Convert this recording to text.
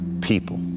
People